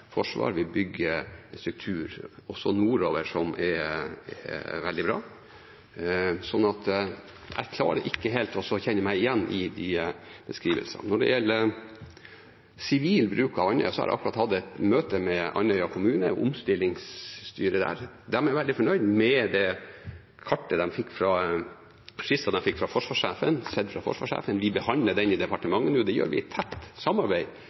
forsvar og struktur, også nordover, som er veldig bra. Så jeg klarer ikke helt å kjenne meg igjen i de beskrivelsene. Når det gjelder sivil bruk av Andøya, har jeg akkurat hatt et møte med Andøya kommune og omstillingsstyret der. De er veldig fornøyd med skissen de fikk fra forsvarssjefen. Vi behandler den i departementet nå. Det gjør vi i tett samarbeid